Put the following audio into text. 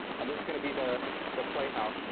and this is gonna be the the playhouse.